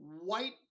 white